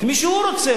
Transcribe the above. את מי שהוא רוצה,